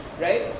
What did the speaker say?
right